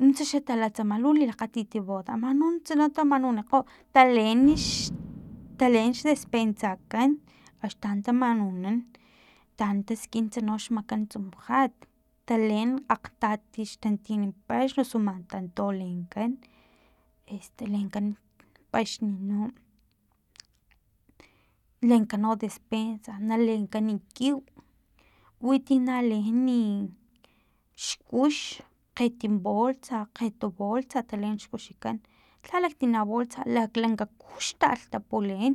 Nuntsa xa tala tsama lu lilakgatiti boda man no nuntsa no tamanunankgo taleen taleen xdespensakan ax taan tamanunan taan taskintsa xmakan tsumujat taleen akgtati xtantin paxn osu tanto lenkan estelenkan paxn no lenkan no despensa na lenkan kiw witi na leen leeni xkux kgetim bolsa kgetu bolsa taleen xkuxikan lha laktina bolsa laklanka kuxtalh tapuleen